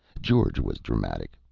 george was dramatic,